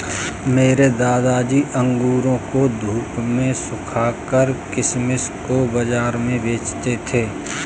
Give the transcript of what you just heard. मेरे दादाजी अंगूरों को धूप में सुखाकर किशमिश को बाज़ार में बेचते थे